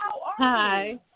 Hi